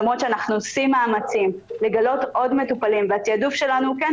למרות שאנחנו עושים מאמצים לגלות עוד מטופלים והתעדוף שלנו הוא כן,